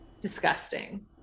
Disgusting